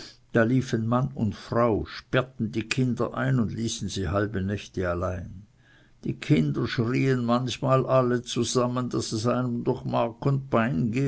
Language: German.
da liefen mann und frau sperrten die kinder ein und ließen sie halbe nächte allein die kinder schrien manchmal alle zusammen daß es einem durch mark